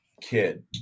kid